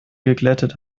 geglättet